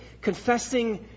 confessing